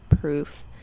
proof